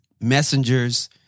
messengers